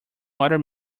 water